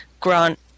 Grant